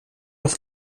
das